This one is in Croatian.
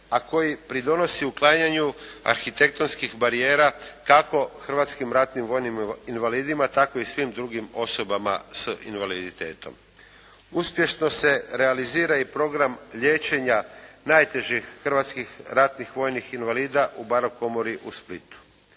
a koji pridonosi uklanjanju arhitektonskih barijera kako hrvatskim ratnim vojnim invalidima tako i svim drugim osobama s invaliditetom. Uspješno se realizira i program liječenja najtežih hrvatskih ratnih vojnih invalida u baro komori u Splitu.